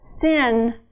Sin